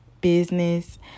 business